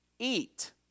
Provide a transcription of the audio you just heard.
eat